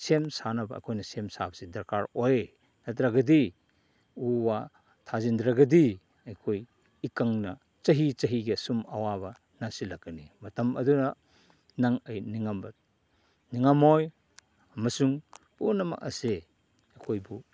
ꯁꯦꯝ ꯁꯥꯅꯕ ꯑꯩꯈꯣꯏꯅ ꯁꯦꯝ ꯁꯥꯕꯁꯤ ꯗꯔꯀꯥꯔ ꯑꯣꯏ ꯅꯠꯇ꯭ꯔꯒꯗꯤ ꯎ ꯋꯥ ꯊꯥꯖꯤꯟꯗ꯭ꯔꯒꯗꯤ ꯑꯩꯈꯣꯏ ꯏꯀꯪꯅ ꯆꯍꯤ ꯆꯍꯤꯒꯤ ꯑꯁꯨꯝ ꯑꯋꯥꯕ ꯅꯟꯁꯤꯜꯂꯛꯀꯅꯤ ꯃꯇꯝ ꯑꯗꯨꯗ ꯅꯪ ꯑꯩ ꯅꯤꯉꯝꯃꯣꯏ ꯑꯃꯁꯨꯡ ꯄꯨꯝꯅꯃꯛ ꯑꯁꯦ ꯑꯩꯈꯣꯏꯕꯨ